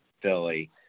philly